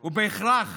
הוא בהכרח